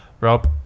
Rob